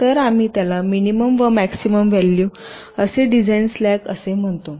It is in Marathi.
तर आम्ही त्याला मिनिमम व मॅक्सिमम व्हॅल्यू असे डिझाईन स्लॅक असे म्हणतो